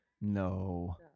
No